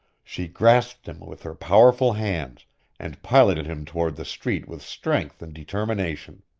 she grasped him with her powerful hands and piloted him toward the street with strength and determination.